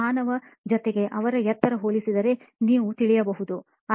ಮಾನವ ಜೊತೆಗೆ ಅವರ ಎತ್ತರ ಹೋಲಿಸಿದರೆ ನೀವು ತಿಳಿಯಬಹುದು